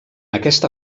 aquesta